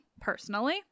personally